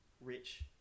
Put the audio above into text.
rich